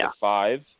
five